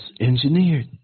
engineered